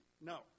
No